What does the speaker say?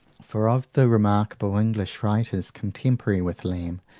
for of the remarkable english writers contemporary with lamb,